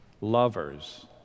Lovers